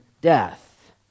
death